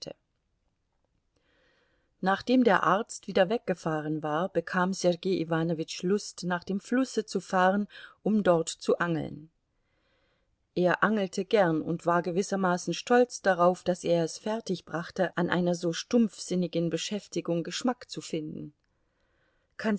nachdem der arzt wieder weggefahren war bekam sergei iwanowitsch lust nach dem flusse zu fahren um dort zu angeln er angelte gern und war gewissermaßen stolz darauf daß er es fertigbrachte an einer so stumpfsinnigen beschäftigung geschmack zu finden